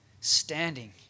standing